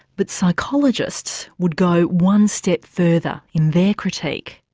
but psychologists would go one step further in their critique.